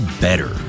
better